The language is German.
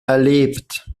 erlebt